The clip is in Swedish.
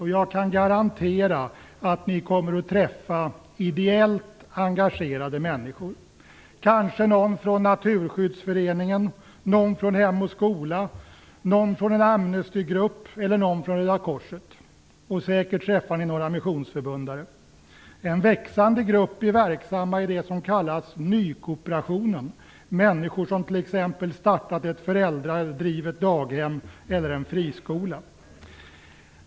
Jag kan garantera att ni kommer att träffa ideellt engagerade människor, kanske någon från Naturskyddsföreningen, någon från Hem och skola, någon från en Amnestygrupp eller någon från Röda korset. Och säkert träffar ni några missionsförbundare. En växande grupp är verksamma i det som kallas nykooperationen; människor som t.ex. startat ett föräldradrivet daghem eller en friskola.